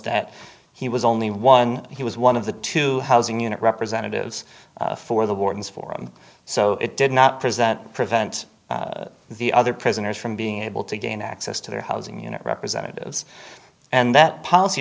but he was only one he was one of the two housing unit representatives for the warrants for him so it did not present prevent the other prisoners from being able to gain access to their housing unit representatives and that policy